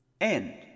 End